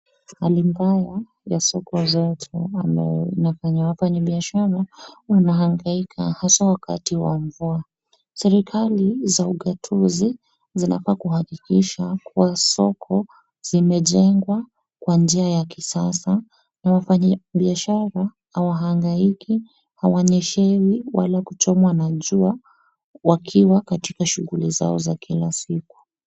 Hali mbaya ya soko zetu ambazo zinafanya, wafanyibiashara wanahangaika haswa wakati wa mvua. Serikali za ugatuzi zinafaa kuhakikisha kuwa soko zimejengwa kwa njia ya kisasa, na wafanyibiashara hawahangaiki, hawanyeshewi wala kuchomwa na jua wakiwa katika shughuli zao za kila siku.